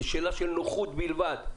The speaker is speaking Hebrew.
זו שאלה של נוחות בלבד.